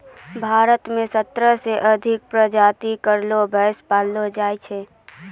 भारत म सत्रह सें अधिक प्रजाति केरो भैंस पैलो जाय छै